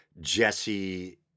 Jesse